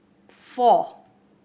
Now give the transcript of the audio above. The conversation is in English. four